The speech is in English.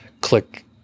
click